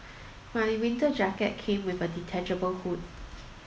my winter jacket came with a detachable hood